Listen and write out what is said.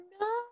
no